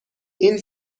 این